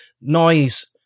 noise